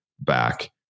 back